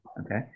Okay